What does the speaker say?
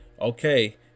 okay